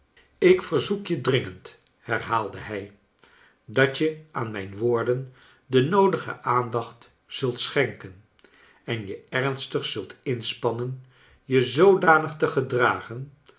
ik verzoek je dringend herhaalde hij dat je aan mijn woorden de noodige aandacht zult schenken en je ernstig zult inspannen je zoodanig te gedragen